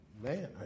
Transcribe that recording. man